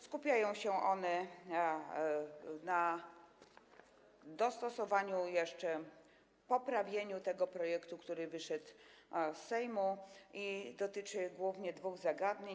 Skupiają się one na dostosowaniu jeszcze, poprawieniu tego projektu, który wyszedł z Sejmu, i dotyczą głównie dwóch zagadnień.